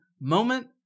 moment